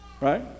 right